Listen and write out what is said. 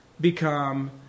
become